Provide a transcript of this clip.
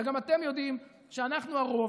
וגם אתם יודעים שאנחנו הרוב.